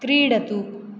क्रीडतु